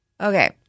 okay